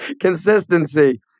Consistency